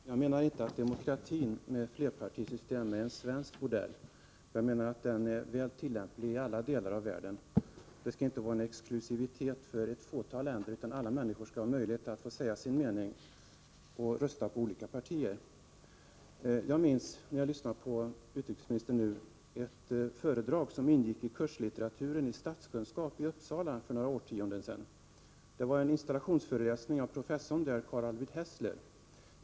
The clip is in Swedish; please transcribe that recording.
Herr talman! Jag menar inte att demokratin med flerpartisystem är en svensk modell. Den är mycket väl tillämplig i alla delar av världen. Det skall inte vara en exklusivitet för ett fåtal länder, utan alla människor måste ha möjlighet att säga sin mening och rösta på olika partier. När jag lyssnar på utrikesministern minns jag ett föredrag som ingick i kurslitteraturen i statskunskap i Uppsala för några årtionden sedan. Det var en installationsföreläsning av professorn där, Carl Arvid Hessler.